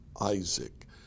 Isaac